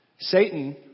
Satan